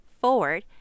forward